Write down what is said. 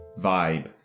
Vibe